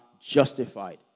justified